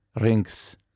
rings